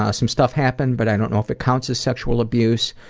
ah some stuff happened but i don't know if it counts as sexual abuse.